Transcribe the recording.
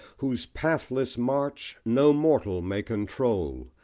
whose pathless march no mortal may control!